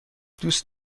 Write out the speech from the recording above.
دوست